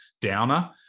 Downer